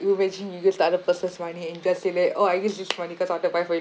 you imagine you use the other person's money and just say it oh I use this money cause I want to buy for you